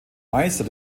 meister